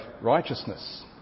righteousness